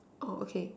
oh okay